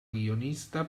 guionista